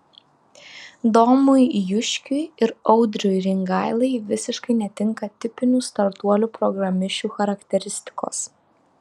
domui juškiui ir audriui ringailai visiškai netinka tipinių startuolių programišių charakteristikos